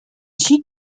she